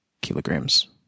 kilograms